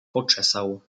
poczesał